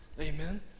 amen